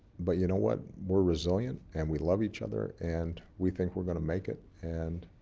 but you know what, we're resilient and we love each other and we think we're going to make it, and